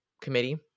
committee